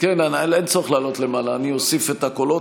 אין צורך לעלות למעלה, אני אוסיף את הקולות.